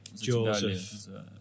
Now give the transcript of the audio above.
Joseph